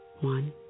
One